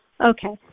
Okay